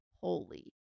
holy